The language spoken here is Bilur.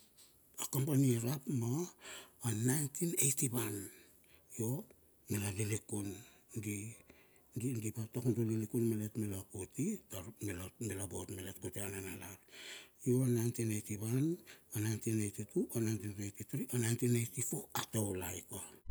A kampani irap ma naentin eity wan yo mila lilikun di di di vatak lilikun malet mila kute tar mila mila vot malet kuti a nanalar. Naintin eiti wan nainin eity tu naintin eiti tri naintin eiti fo ataulai.